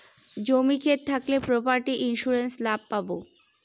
জমি ক্ষেত থাকলে প্রপার্টি ইন্সুরেন্স লাভ পাবো